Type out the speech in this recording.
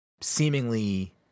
seemingly